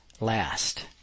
last